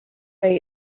say